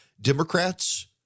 Democrats